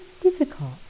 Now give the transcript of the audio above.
difficult